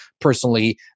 personally